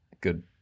Good